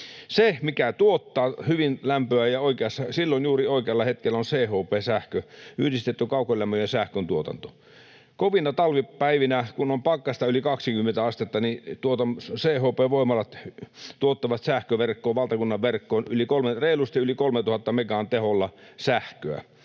Se, mikä tuottaa hyvin lämpöä ja juuri oikealla hetkellä, on CHP-sähkö, yhdistetty kaukolämmön ja sähkön tuotanto. Kovina talvipäivinä, kun on pakkasta yli 20 astetta, CHP-voimalat tuottavat sähköverkkoon, valtakunnan verkkoon, reilusti yli 3 000 megan teholla sähköä.